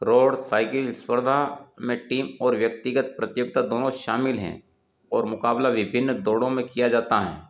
road cycle स्पर्धा में team और व्यक्तिगत प्रतियोगिता दोनों शामिल हैं और मुक़ाबला विभिन्न दौड़ों में किया जाता है